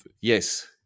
yes